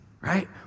right